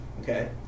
Okay